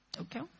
Okay